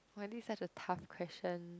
!wah! this is such a tough question